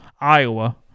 Iowa